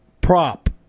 prop